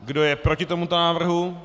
Kdo je proti tomuto návrhu?